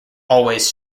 always